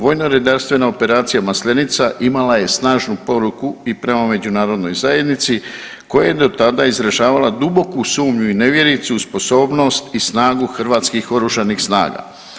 Vojno-redarstvena operacija Maslenica imala je snažnu poruku i prema Međunarodnoj zajednici koja je do tada izražavala duboku sumnju i nevjericu u sposobnost i snagu Hrvatskih oružanih snaga.